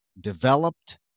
developed